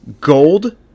Gold